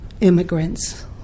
immigrants